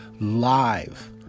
live